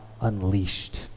unleashed